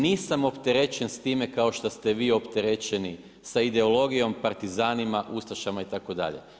Nisam opterećen s time kao šta ste vi opterećeni sa ideologijom, partizanima, ustašama itd.